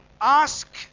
ask